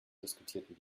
diskutierten